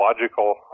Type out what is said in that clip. Logical